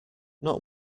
not